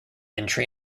entry